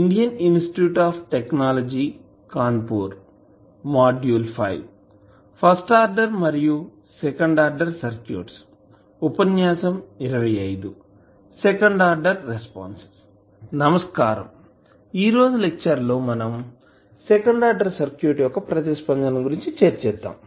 Indian institute of టెక్నాలజీకాన్పూర్ module 5 first order మరియు second order circuits ఉపన్యాసం 25 second order response నమస్కారం ఈ రోజు లెక్చర్ లో మనం సెకండ్ ఆర్డర్ సర్క్యూట్ యొక్క ప్రతిస్పందన గురించి చర్చిద్దాం